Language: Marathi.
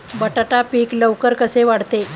बटाटा पीक लवकर कसे वाढते?